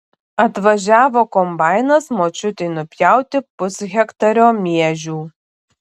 atvažiavo kombainas močiutei nupjauti pushektario miežių